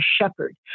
shepherd